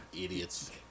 Idiots